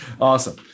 awesome